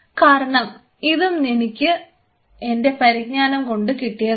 കാരണം ഇതും എനിക്ക് എൻറെ പരിജ്ഞാനം കൊണ്ട് കിട്ടിയതാണ്